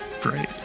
great